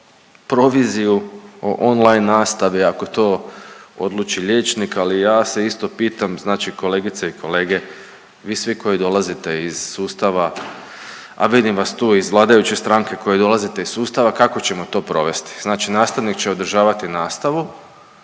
tu proviziju o on-line nastavi ako to odluči liječnik, ali ja se isto pitam, znači kolegice i kolege vi svi koji dolazite iz sustava, a vidim vas tu i iz vladajuće stranke koji dolazite iz sustava kako ćemo to provesti. Znači nastavnik će održavati nastavu